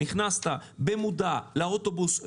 נכנסת במודע לאוטובוס,